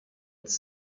its